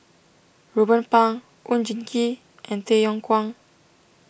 Ruben Pang Oon Jin Gee and Tay Yong Kwang